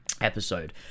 episode